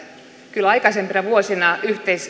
kyllä aikaisempina vuosina